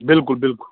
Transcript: بِلکُل بِلکُل